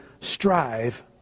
strive